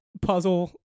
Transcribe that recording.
puzzle